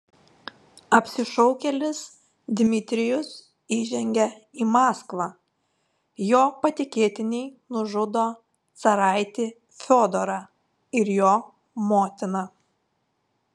apsišaukėlis dmitrijus įžengia į maskvą jo patikėtiniai nužudo caraitį fiodorą ir jo motiną